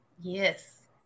Yes